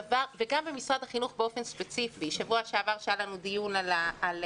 גם במשרד החינוך באופן ספציפי בשבוע שעבר היה לנו דיון על תכנים